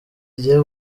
rigiye